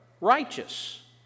righteous